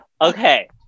okay